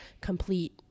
complete